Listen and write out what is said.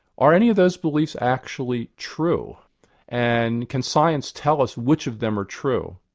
are any of those beliefs actually true and can science tell us which of them are true?